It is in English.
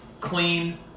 clean